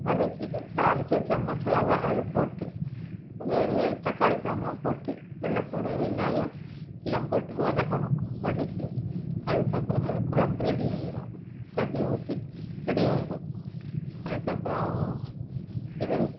வதக்கி இந்த அரைச்சி வச்ச மசாலாவை அதில் போட்டு வெறுங்க தக்காளி பழம்லாம் போட்டு வெள்ளை பூண்டு வெங்காயம் எல்லாம் போட்டு வதக்கணும் வதக்கி அதுக்கப்பபுறோம் அது குழம்பு ரெடி ஆகிரும் தண்ணி ஊற்றி ரெடி ஆகிரும் அதுக்கப்பறோம் இது